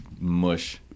mush